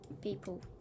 people